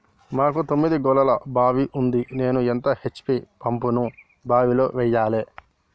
మాకు తొమ్మిది గోళాల బావి ఉంది నేను ఎంత హెచ్.పి పంపును బావిలో వెయ్యాలే?